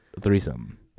threesome